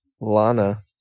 Lana